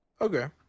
Okay